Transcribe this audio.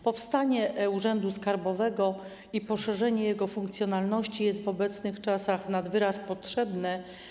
Powstanie e-urzędu skarbowego i poszerzenie jego funkcjonalności jest w obecnych czasach nad wyraz potrzebne.